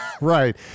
Right